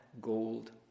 gold